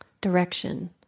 direction